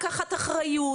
לקחת אחריות